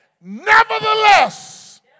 nevertheless